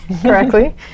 correctly